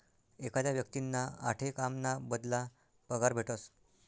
एखादा व्यक्तींना आठे काम ना बदला पगार भेटस